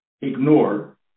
ignore